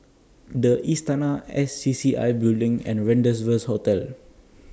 The Istana S C C I Building and Rendezvous Hotel